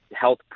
health